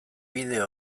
bideo